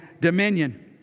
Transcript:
dominion